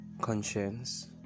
conscience